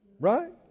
Right